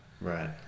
Right